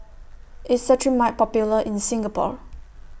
IS Cetrimide Popular in Singapore